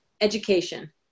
education